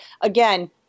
again